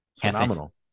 Phenomenal